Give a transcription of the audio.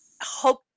hope